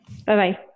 Bye-bye